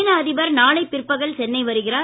சீன அதிபர் நாளை பிற்பகல் சென்னை வருகிறார்